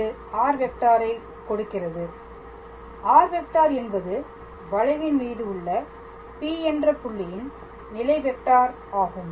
இது r⃗ கொடுக்கிறது r⃗ என்பது வளைவின் மீது உள்ள P என்ற புள்ளியின் நிலை வெக்டார் ஆகும்